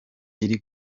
iri